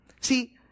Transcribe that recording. See